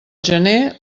gener